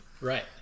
Right